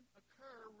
occur